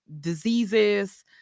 diseases